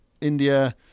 India